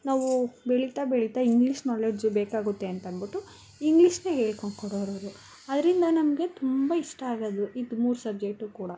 ನಾವು ಬೆಳೀತ ಬೆಳೀತಾ ಇಂಗ್ಲೀಷ್ ನಾಲೆಡ್ಜು ಬೇಕಾಗುತ್ತೆ ಅಂತನ್ಬುಟ್ಟು ಇಂಗ್ಲೀಷ್ನೆ ಹೇಳ್ಕೊಂಕೊಡೋರವರು ಅದ್ದರಿಂದ ನಮಗೆ ತುಂಬ ಇಷ್ಟ ಆಗೋದು ಇದು ಮೂರು ಸಬ್ಜೆಟು ಕೂಡ